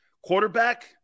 Quarterback